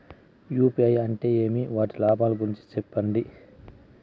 UPI అంటే ఏమి? వాటి లాభాల గురించి సెప్పండి?